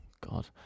God